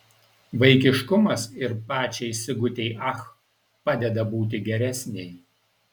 vaikiškumas ir pačiai sigutei ach padeda būti geresnei